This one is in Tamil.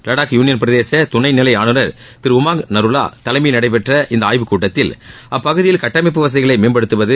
லடாக் யூளியன் பிரதேச துணைநிலை ஆளுநர் திரு உமாங் நருவா தலைமையில் நடைபெற்ற இந்த ஆய்வுக் கூட்டத்தில் அப்பகுதியில் கட்டமைப்பு வசதிகளை மேம்படுத்துவது